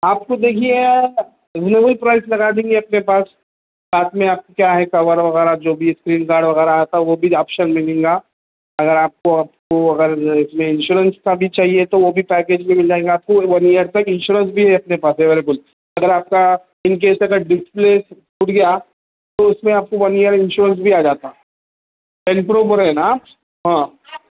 آپ کو دیکھیے جو بھی پرائس لگا دیں گے اپنے پاس ساتھ میں آپ کو کیا ہے کور وغیرہ جو بھی اسکرین گارڈ وغیرہ آتا ہے وہ بھی آپشن ملیں گا اگر آپ کو آپ کو اگر اِس میں انشورنس کا بھی چاہیے تو وہ بھی پیکیج بھی مل جائے گا آپ کو ون ایئر تک انشورنس بھی ہے اپنے پاس اویلیبل اگر آپ کا ان کیس اگر ڈسپلے ٹوٹ گیا تو اِس میں آپ کو ون ایئر انشورنس بھی آ جاتا ٹین پرو بول رہے نا آپ ہاں